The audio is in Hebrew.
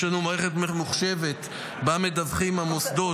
יש לנו מערכת ממוחשבת שבה מדווחים מוסדות